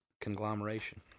conglomeration